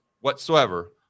whatsoever